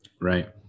right